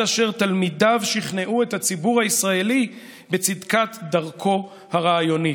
אשר תלמידיו שכנעו את הציבור הישראלי בצדקת דרכו הרעיונית.